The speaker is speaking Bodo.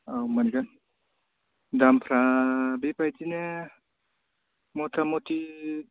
औ मोनगोन दामफ्रा बेबादिनो मथा मथि